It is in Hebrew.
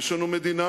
יש לנו מדינה